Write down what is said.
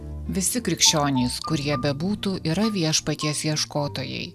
visi krikščionys kur jie bebūtų yra viešpaties ieškotojai